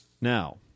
Now